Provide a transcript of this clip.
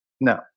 no